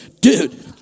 dude